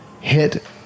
hit